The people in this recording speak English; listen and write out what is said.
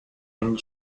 and